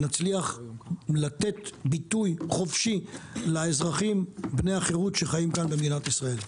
שנצליח לתת ביטוי חופשי לאזרחים בני החרות שחיים כאן במדינת ישראל.